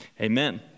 amen